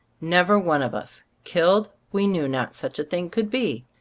never one of us. killed? we knew not such a thing could be.